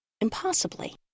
impossibly